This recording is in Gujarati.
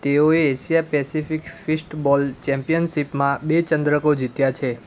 તેઓએ એશિયા પૅસિફિક ફિસ્ટબોલ ચેમ્પિયનશિપમાં બે ચંદ્રકો જીત્યા છે